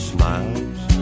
Smiles